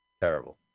Terrible